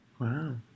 Wow